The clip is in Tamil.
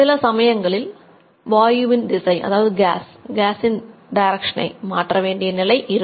சில சமயங்களில் வாயுவின் திசையை மாற்ற வேண்டிய நிலை இருக்கும்